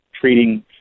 treating